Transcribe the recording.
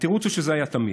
התירוץ הוא שזה היה תמיד,